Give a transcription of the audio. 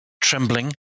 trembling